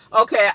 Okay